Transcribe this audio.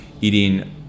eating